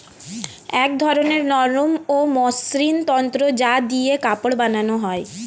এক ধরনের নরম ও মসৃণ তন্তু যা দিয়ে কাপড় বানানো হয়